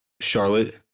Charlotte